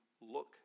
look